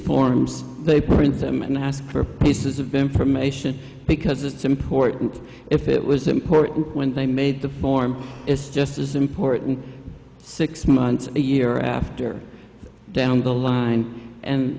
forms they print them and ask for pieces of information because it's important if it was important when they made the form it's just this important six months a year after down the line and